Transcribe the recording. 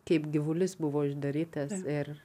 kaip gyvulys buvo uždarytas ir